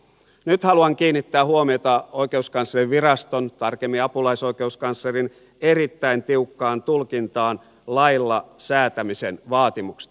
nyt haluan kiinnittää huomiota oikeuskanslerinviraston tarkemmin apulaisoikeuskanslerin erittäin tiukkaan tulkintaan lailla säätämisen vaatimuksista